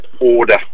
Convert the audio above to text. order